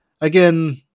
Again